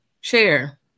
Share